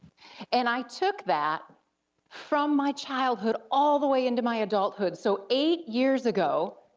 and i took that from my childhood all the way into my adulthood, so eight years ago,